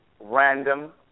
random